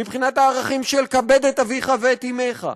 מבחינת הערכים של "כבד את אביך ואת אמך",